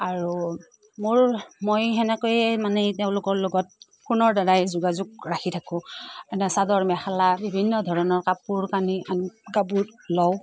আৰু মোৰ মই সেনেকৈয়ে মানে তেওঁলোকৰ লগত ফোনৰদ্বাৰাই যোগাযোগ ৰাখি থাকোঁ এনেই চাদৰ মেখেলা বিভিন্ন ধৰণৰ কাপোৰ কানি আমি কাপোৰ লওঁ